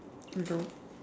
no